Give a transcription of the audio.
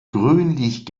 grünlich